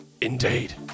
Indeed